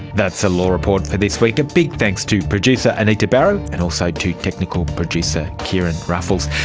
that's the law report for this week. a big thanks to producer anita barraud and also to technical producer kieran ruffles.